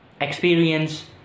experience